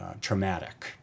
traumatic